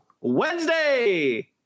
Wednesday